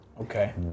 okay